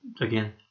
again